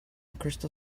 crystal